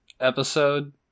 episode